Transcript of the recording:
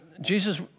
Jesus